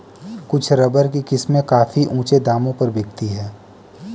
कुछ रबर की किस्में काफी ऊँचे दामों पर बिकती है